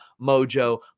Mojo